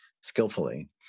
skillfully